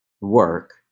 work